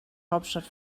hauptstadt